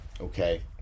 okay